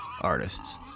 artists